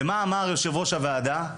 ומה אמר יושב-ראש הוועדה?